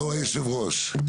לא יושב הראש.